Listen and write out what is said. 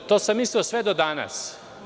To sam mislio sve do danas.